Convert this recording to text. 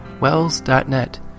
wells.net